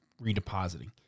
redepositing